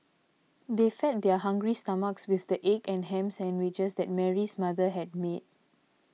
they fed their hungry stomachs with the egg and ham sandwiches that Mary's mother had made